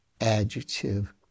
adjective